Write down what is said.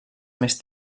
més